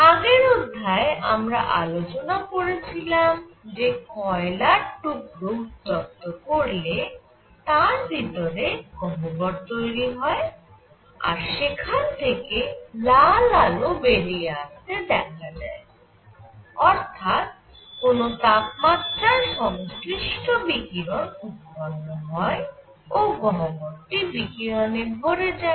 আগের অধ্যায়ে আমরা আলোচনা করেছিলাম যে কয়লার টুকরো উত্তপ্ত করলে তার ভিতরে গহ্বর তৈরি হয় আর সেখান থেকে লাল আলো বেরিয়ে আসতে দেখা যায় অর্থাৎ কোন তাপমাত্রার সংশ্লিষ্ট বিকিরণ উৎপন্ন হয় ও গহ্বরটি বিকিরণে ভরে যায়